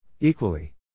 Equally